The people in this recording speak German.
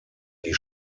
die